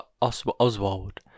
Oswald